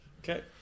okay